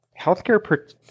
healthcare